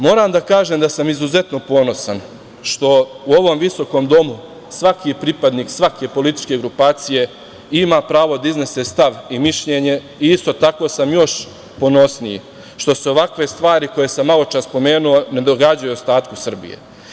Moram da kažem da sam izuzetno ponosan što u ovom visokom domu svaki pripadnik svake političke grupacije ima pravo da iznese stav i mišljenje i isto tako sam još ponosniji što se ovakve stvari koje sam maločas pomenuo ne događaju ostatku Srbije.